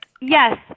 yes